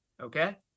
Okay